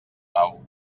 pau